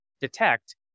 detect